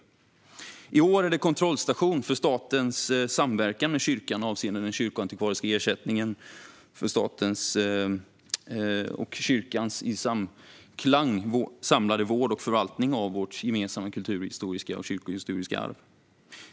Detta år är en kontrollstation för statens samverkan med kyrkan avseende den kyrkoantikvariska ersättningen och den samlade vården och förvaltningen av vårt gemensamma kulturhistoriska och kyrkohistoriska arv.